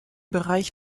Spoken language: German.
bereich